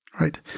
Right